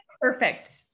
Perfect